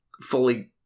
fully